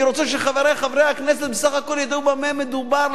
אני רוצה שחברי חברי הכנסת בסך הכול ידעו במה מדובר,